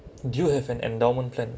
do you have an endowment plan